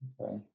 Okay